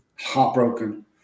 heartbroken